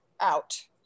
out